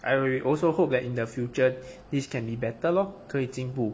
I w~ also hope that in the future this can be better lor 可以进步